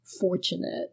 fortunate